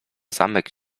zamek